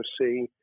see